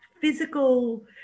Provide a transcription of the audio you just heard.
physical